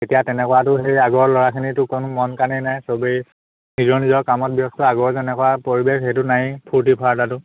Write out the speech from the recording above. এতিয়া তেনেকুৱাতো সেই আগৰ ল'ৰাখিনিৰতো কোনো মন কাণেই নাই চবেই নিজৰ নিজৰ কামত ব্যস্ত আগৰ যেনেকুৱা পৰিৱেশ সেইটো নায়েই ফূৰ্তি ফাৰ্তাটো